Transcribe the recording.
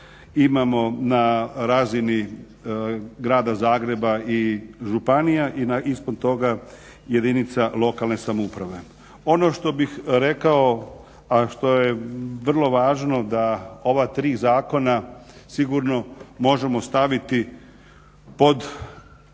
imamo na razini grada Zagreba i županija i ispod toga jedinica lokalne samouprave. Ono što bih rekao a što je vrlo važno da ova tri zakona sigurno možemo staviti pod sljedeću